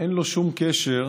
שאין לו שום קשר,